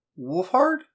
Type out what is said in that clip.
Wolfhard